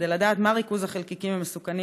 כדי לדעת מה ריכוז החלקיקים המסוכנים